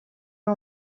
ari